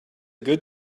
good